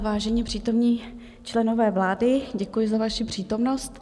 Vážení přítomní členové vlády, děkuji za vaši přítomnost.